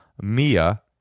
Mia